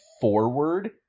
forward